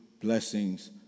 blessings